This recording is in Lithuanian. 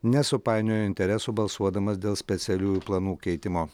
nesupainiojo interesų balsuodamas dėl specialiųjų planų keitimo